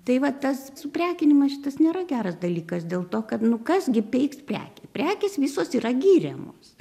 tai vat tas suprekinimas šitas nėra geras dalykas dėl to kad nu kas gi pirks prekę prekės visos yra giriamos